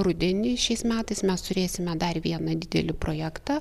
rudenį šiais metais mes turėsime dar vieną didelį projektą